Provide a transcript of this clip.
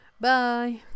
bye